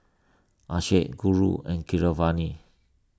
Akshay Guru and Keeravani